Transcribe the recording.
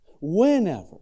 whenever